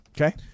Okay